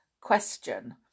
question